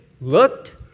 looked